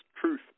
truth